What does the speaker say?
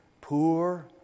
poor